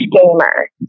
gamer